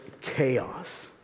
chaos